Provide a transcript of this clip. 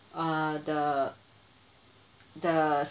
err the the